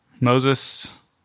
Moses